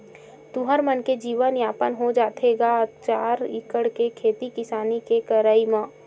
तुँहर मन के जीवन यापन हो जाथे गा चार एकड़ के खेती किसानी के करई म?